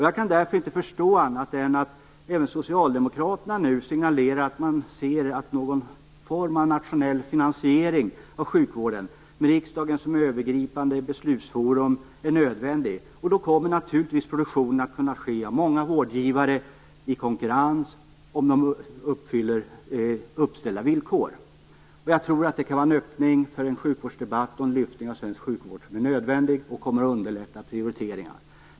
Jag kan därför inte förstå annat än att även Socialdemokraterna nu signalerar att de ser att någon form av nationell finansiering av sjukvården, med riksdagen som övergripande beslutsforum, är nödvändig. Produktionen kommer naturligtvis att kunna ske med hjälp av många vårdgivare i konkurrens, om de uppfyller uppställda villkor. Jag tror att det kan vara en öppning för en sjukvårdsdebatt och det lyft av svensk sjukvård som är nödvändig samt att detta kommer att underlätta prioriteringar.